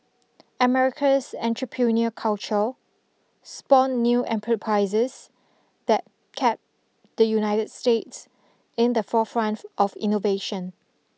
America's entrepreneur culture spawned new enperprises that kept the United States in the forefront of innovation